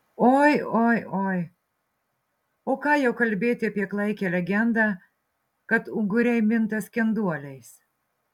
oi oi oi o ką jau kalbėti apie klaikią legendą kad unguriai minta skenduoliais